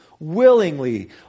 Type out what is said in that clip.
willingly